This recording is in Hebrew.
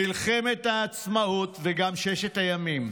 מלחמת העצמאות, וגם ששת הימים.